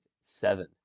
seven